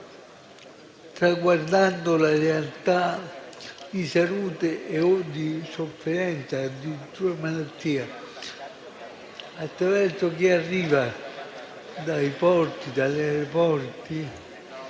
traguardando la realtà di salute, di sofferenza o addirittura di malattia, attraverso chi arriva dai porti o dagli aeroporti,